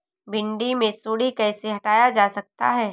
भिंडी से सुंडी कैसे हटाया जा सकता है?